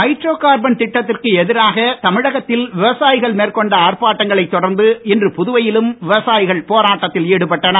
hydro carbon திட்டத்திற்கு எதிராக தமிழகத்தில் விவசாயிகள் மேற்கொண்ட ஆர்ப்பாட்டங்களைத் தொடர்ந்து இன்று புதுவையிலும் விவசாயிகள் போராட்டத்தில் ஈடுபட்டனர்